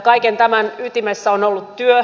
kaiken tämän ytimessä on ollut työ